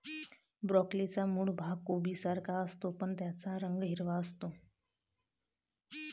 ब्रोकोलीचा मूळ भाग कोबीसारखाच असतो, पण त्याचा रंग हिरवा असतो